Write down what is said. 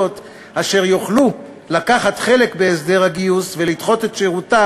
אשר יוכלו לקחת חלק בהסדר הגיוס ולדחות את השירות,